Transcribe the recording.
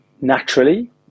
Naturally